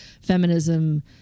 feminism